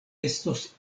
estos